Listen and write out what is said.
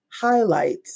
highlight